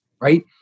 right